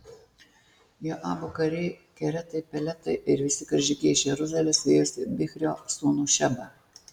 joabo kariai keretai peletai ir visi karžygiai iš jeruzalės vijosi bichrio sūnų šebą